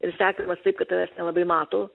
ir sekamas taip kad tavęs nelabai mato